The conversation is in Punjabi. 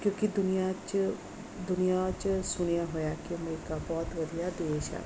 ਕਿਉਂਕਿ ਦੁਨੀਆਂ 'ਚ ਦੁਨੀਆਂ 'ਚ ਸੁਣਿਆ ਹੋਇਆ ਕਿ ਅਮਰੀਕਾ ਬਹੁਤ ਵਧੀਆ ਦੇਸ਼ ਆ